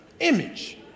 Image